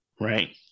right